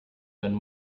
than